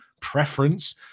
preference